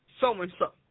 so-and-so